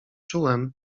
czułem